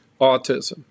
autism